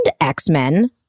X-Men